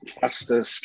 faster